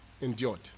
endured